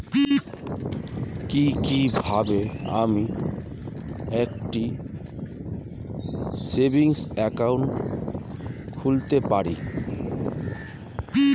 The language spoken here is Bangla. কি কিভাবে আমি একটি সেভিংস একাউন্ট খুলতে পারি?